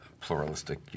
pluralistic